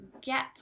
get